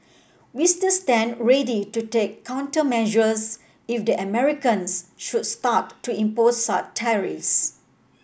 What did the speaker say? we still stand ready to take countermeasures if the Americans should start to impose such tariffs